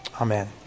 Amen